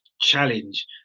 challenge